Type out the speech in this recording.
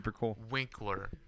Winkler